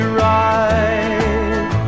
right